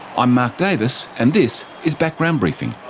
i'm mark davis and this is background briefing.